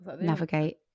Navigate